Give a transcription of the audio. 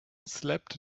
slept